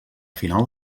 final